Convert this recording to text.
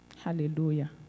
Hallelujah